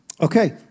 Okay